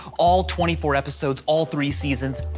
all twenty four episodes, all three seasons.